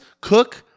Cook